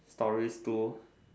stories two